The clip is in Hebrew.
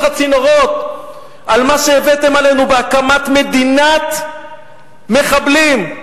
הצינורות על מה שהבאתם עלינו בהקמת מדינת מחבלים.